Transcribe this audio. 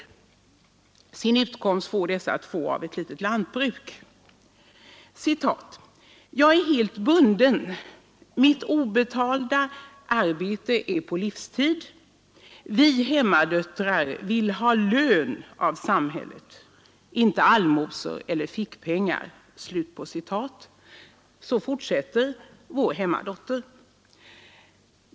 Sin utkomst får dessa två av ett litet lantbruk. ”Jag är helt bunden, mitt obetalda arbete är på livstid. Vi hemmadöttrar vill ha lön av samhället, inte allmosor eller fickpengar”, fortsätter denna hemmadotter.